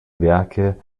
werke